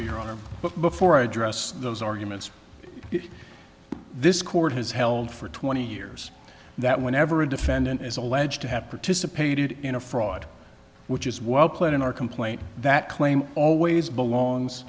your honor but before i address those arguments this court has held for twenty years that whenever a defendant is alleged to have participated in a fraud which is well played in our complaint that claim always belongs